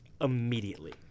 immediately